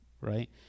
right